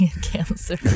cancer